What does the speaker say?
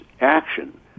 action